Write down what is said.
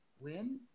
Win